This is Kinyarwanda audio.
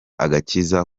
agakiza